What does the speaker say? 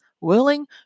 willing